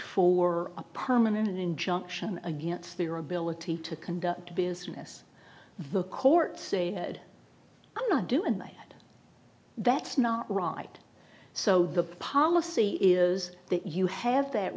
a permanent injunction against their ability to conduct business the court say ed i'm not doing my that's not right so the policy is that you have that